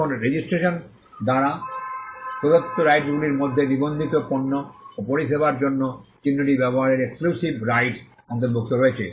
এখন রেজিস্ট্রেশন দ্বারা প্রদত্ত রাইটসগুলির মধ্যে নিবন্ধিত পণ্য ও পরিষেবার জন্য চিহ্নটি ব্যবহারের এক্সক্লুসিভ রাইটস অন্তর্ভুক্ত রয়েছে